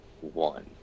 one